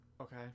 Okay